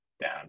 down